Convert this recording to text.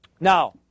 Now